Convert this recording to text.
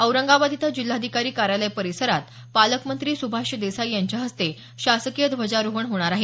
औरंगाबाद इथं जिल्हाधिकारी कार्यालय परिसरात पालकमंत्री सुभाष देसाई यांच्या हस्ते शासकीय ध्वजारोहण होणार आहे